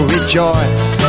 Rejoice